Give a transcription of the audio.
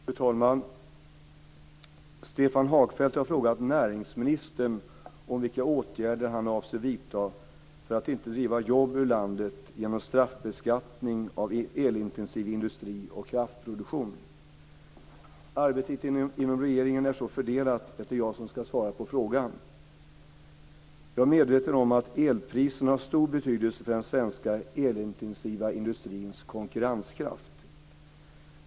Fru talman! Stefan Hagfeldt har frågat näringsministern om vilka åtgärder han avser vidta för att inte driva jobb ur landet genom straffbeskattning av elintensiv industri och kraftproduktion. Arbetet inom regeringen är så fördelat att det är jag som ska svara på frågan. Jag är medveten om att elpriserna har stor betydelse för den svenska elintensiva industrins konkurrenskraft.